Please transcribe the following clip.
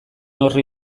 horri